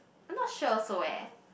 I'm not sure also eh